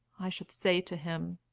i should say to him,